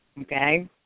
Okay